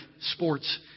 sports